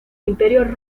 imperio